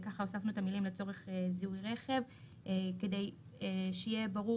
הוספנו את המילים לצורך זיהוי רכב כדי שיהיה ברור